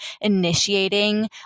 initiating